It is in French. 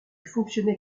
fonctionnait